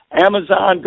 Amazon